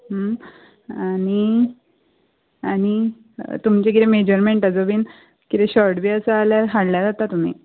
आनी आनी तुमचें कितें मॅजरमेंटाचो बीन कितें शर्ट बी आसा जाल्यार हाडल्यार जाता तुमी